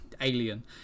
alien